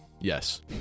yes